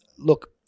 Look